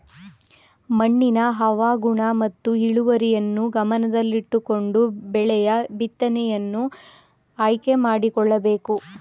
ಮಣ್ಣಿನ ಹವಾಗುಣ ಮತ್ತು ಇಳುವರಿಯನ್ನು ಗಮನದಲ್ಲಿಟ್ಟುಕೊಂಡು ಬೆಳೆಯ ಬಿತ್ತನೆಯನ್ನು ಆಯ್ಕೆ ಮಾಡಿಕೊಳ್ಳಬೇಕು